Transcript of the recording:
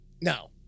No